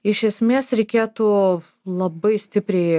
iš esmės reikėtų labai stipriai